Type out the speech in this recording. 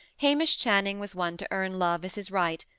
hamish channing was one to earn love as his right,